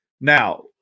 now